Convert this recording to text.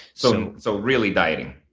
so so really dieting.